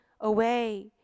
away